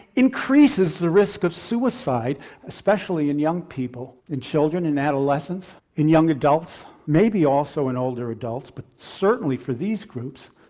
increases the risk of suicide especially in young people, in children, in adolescents, in young adults, maybe also in older adults but certainly for these groups.